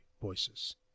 voices